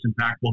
impactful